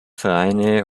vereine